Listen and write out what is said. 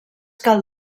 cal